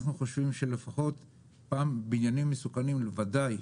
אנחנו חושבים שבניינים מסוכנים בוודאי,